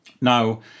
Now